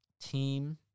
Team